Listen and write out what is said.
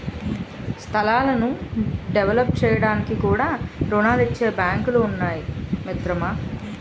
స్థలాలను డెవలప్ చేయడానికి కూడా రుణాలిచ్చే బాంకులు ఉన్నాయి మిత్రమా